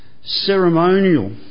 ceremonial